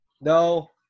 No